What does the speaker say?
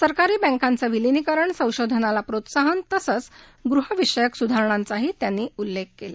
सरकारी बँकांचं विलिनीकरण संशोधनाला प्रोत्साहन तसंच गृहविषयक सुधारणांचाही त्यांनी उल्लेख केला